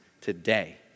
today